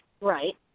Right